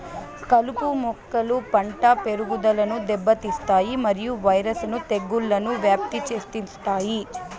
కలుపు మొక్కలు పంట పెరుగుదలను దెబ్బతీస్తాయి మరియు వైరస్ ను తెగుళ్లను వ్యాప్తి చెందిస్తాయి